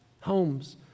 Homes